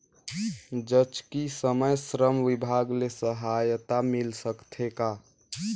जचकी समय श्रम विभाग ले सहायता मिल सकथे का?